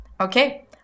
Okay